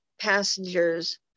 passengers